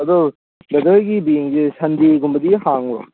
ꯑꯗꯣ ꯕ꯭ꯔꯗꯔꯒꯤ ꯕꯦꯡꯁꯦ ꯁꯟꯗꯦꯒꯨꯝꯕꯗꯤ ꯍꯥꯡꯕ꯭ꯔꯣ